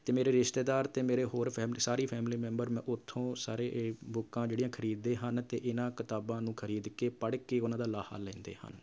ਅਤੇ ਮੇਰੇ ਰਿਸ਼ਤੇਦਾਰ ਅਤੇ ਮੇਰੇ ਹੋਰ ਫੈਮ ਸਾਰੀ ਫ਼ੈਮਿਲੀ ਮੈਂਬਰ ਮ ਉੱਥੋਂ ਸਾਰੇ ਇਹ ਬੁੱਕਾਂ ਜਿਹੜੀਆਂ ਖਰੀਦਦੇ ਹਨ ਅਤੇ ਇਨ੍ਹਾਂ ਕਿਤਾਬਾਂ ਨੂੰ ਖਰੀਦ ਕੇ ਪੜ੍ਹ ਕੇ ਉਨ੍ਹਾਂ ਦਾ ਲਾਹਾ ਲੈਂਦੇ ਹਨ